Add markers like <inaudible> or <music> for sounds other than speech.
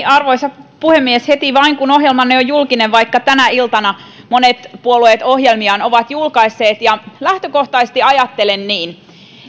<unintelligible> arvoisa puhemies heti vain kun ohjelmanne on julkinen vaikka tänä iltana monet puolueet ohjelmiaan ovat julkaisseet ja lähtökohtaisesti ajattelen niin